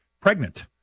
pregnant